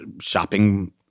shopping